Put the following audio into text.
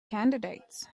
candidates